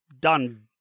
done